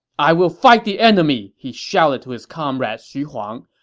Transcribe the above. i will fight the enemy! he shouted to his comrade xu huang.